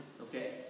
Okay